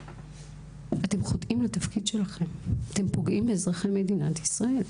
אתם חוטאים לתפקיד שלכם ופוגעים באזרחי מדינת ישראל.